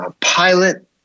pilot